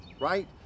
right